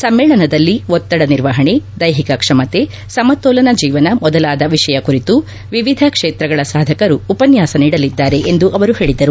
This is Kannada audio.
ಸಮ್ಮೇಳನದಲ್ಲಿ ಒತ್ತಡ ನಿರ್ವಹಣೆ ದೈಹಿಕ ಕ್ಷಮತೆ ಸಮತೋಲನ ಜೀವನ ಮೊದಲಾದ ವಿಷಯ ಕುರಿತು ವಿವಿಧ ಕ್ಷೇತ್ರಗಳ ಸಾಧಕರು ಉಪನ್ಯಾಸ ನೀಡಲಿದ್ದಾರೆ ಎಂದು ಅವರು ಹೇಳಿದರು